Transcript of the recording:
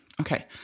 Okay